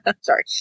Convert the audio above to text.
Sorry